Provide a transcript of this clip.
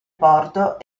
porto